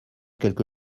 quelque